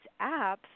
apps